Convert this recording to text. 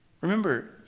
Remember